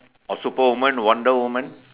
or superwoman or wonder woman